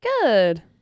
Good